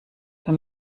für